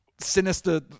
Sinister